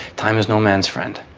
time is no man's friend.